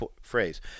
phrase